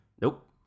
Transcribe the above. nope